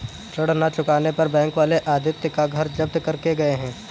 ऋण ना चुकाने पर बैंक वाले आदित्य का घर जब्त करके गए हैं